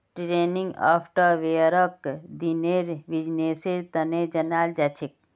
trending सॉफ्टवेयरक दिनेर बिजनेसेर तने जनाल जाछेक